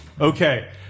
Okay